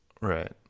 right